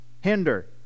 hinder